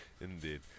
Indeed